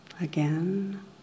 Again